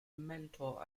mentor